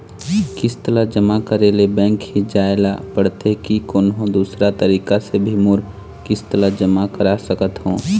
किस्त ला जमा करे ले बैंक ही जाए ला पड़ते कि कोन्हो दूसरा तरीका से भी मोर किस्त ला जमा करा सकत हो?